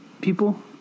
people